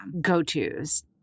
go-to's